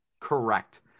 Correct